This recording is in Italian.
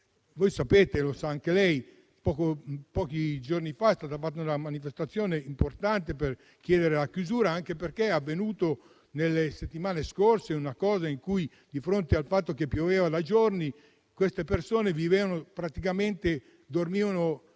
Voi sapete, come anche lei sa, che pochi giorni fa è stata fatta una manifestazione importante per chiederne la chiusura, anche perché nelle settimane scorse è successo che, di fronte al fatto che pioveva da giorni, quelle persone praticamente